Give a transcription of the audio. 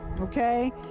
okay